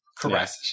Correct